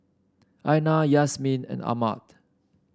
Aina Yasmin and Ahmad